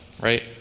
right